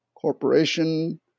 corporation